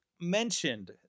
mentioned